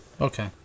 Okay